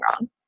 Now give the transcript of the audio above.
wrong